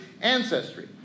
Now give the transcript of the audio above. ancestry